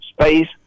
space